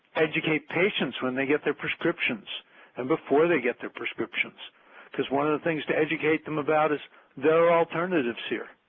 educate patients when they get their prescriptions and before they get their prescriptions because one of the things to educate them about is that there are alternatives here.